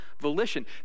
volition